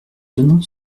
donnant